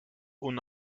ohne